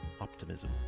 optimism